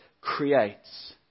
creates